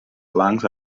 blancs